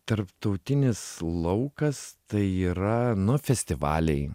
tarptautinis laukas tai yra nu festivaliai